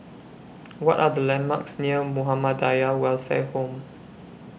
What Are The landmarks near Muhammadiyah Welfare Home